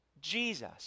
Jesus